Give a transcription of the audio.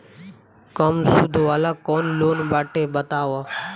कम सूद वाला कौन लोन बाटे बताव?